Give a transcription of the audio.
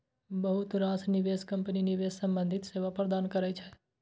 बहुत रास निवेश कंपनी निवेश संबंधी सेवा प्रदान करै छै